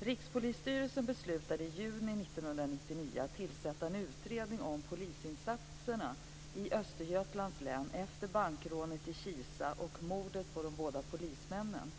Rikspolisstyrelsen beslutade i juni 1999 att tillsätta en utredning om polisinsatserna i Östergötlands län efter bankrånet i Kisa och morden på de båda polismännen.